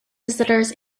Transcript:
visitors